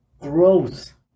growth